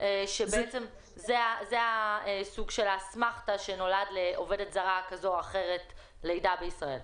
שזה סוג של האסמכתא שנולד לעובדת זרה כזו או אחרת ילד בישראל.